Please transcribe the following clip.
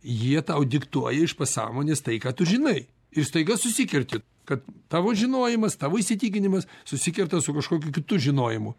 jie tau diktuoja iš pasąmonės tai ką tu žinai ir staiga susikerti kad tavo žinojimas tavo įsitikinimas susikerta su kažkokiu kitu žinojimu